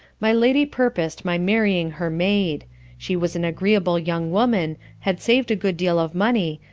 my lady purposed my marrying her maid she was an agreeable young woman, had saved a good deal of money,